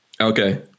Okay